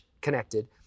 connected